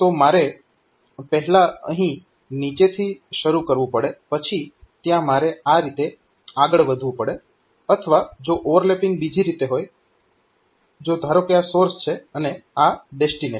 તો મારે પહેલા અહીં નીચેથી શરૂ કરવું પડે પછી ત્યાં મારે આ રીતે આગળ વધવું પડે અથવા જો ઓવરલેપીંગ બીજી રીતે હોય જો ધારો કે આ સોર્સ છે અને આ ડેસ્ટીનેશન છે